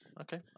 Okay